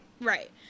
right